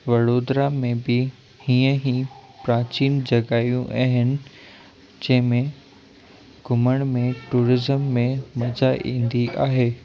वड़ोदरा में बि हीअं ही प्राचीन जॻहयूं आहिनि जंहिं में घुमण में टूरिज़म में मजा ईंदी आहे